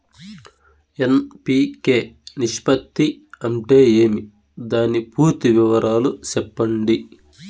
NPK నిష్పత్తి అంటే ఏమి దాని పూర్తి వివరాలు సెప్పండి?